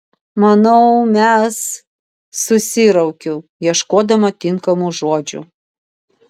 manau mes susiraukiu ieškodama tinkamų žodžių